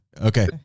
okay